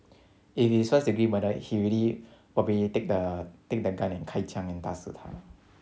if it's first degree murder he already probably take the take the gun and 开枪 and 打死他